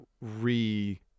re